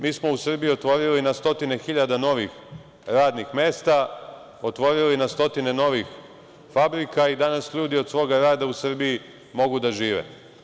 Mi smo u Srbiji otvorili na stotine hiljada novih radnih mesta, otvorili na stotine novih fabrika i danas ljudi od svoga rada u Srbiji mogu da žive.